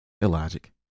Illogic